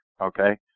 Okay